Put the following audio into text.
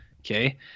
Okay